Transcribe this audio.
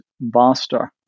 vaster